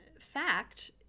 fact